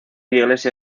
iglesia